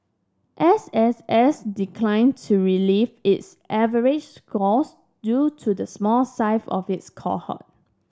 S S S declined to reveal its average scores due to the small size of its cohort